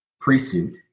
pre-suit